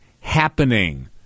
happening